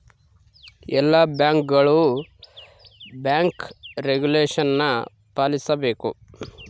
ಎಲ್ಲ ಬ್ಯಾಂಕ್ಗಳು bank regulation ಪಾಲಿಸಬೇಕು